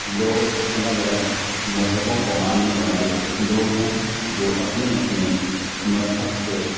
لوگ الگ الگ مذہبوں کو ماننے والے لوگ ہیں جو اپنے اپنے مذہب کے